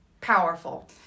powerful